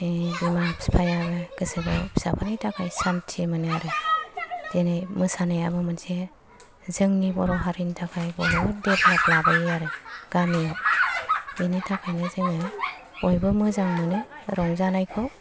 बिमा बिफाया गोसोखौ फिसाफोरनि थाखाय सान्थि मोनो आरो दिनै मोसानायाबो मोनसे जोंनि बर हारिनि थाखाय बर देभलफ लाबोयो आरो गामिनि बयबो जोङो मोजाङै नो रंजानाय खौ